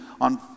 on